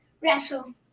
wrestle